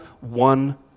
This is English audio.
one